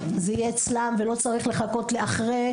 זה יהיה אצלם ולא צריך לחכות לאחרי,